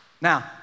Now